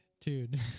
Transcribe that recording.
dude